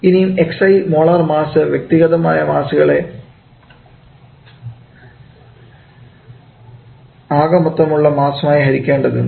ഇനിയും xi molar mass വ്യക്തിഗതമായ മാസ്സുകളെ ആകെമൊത്തം ഉള്ള മാസ്സുമായി ഹരിക്കേണ്ടതുണ്ട്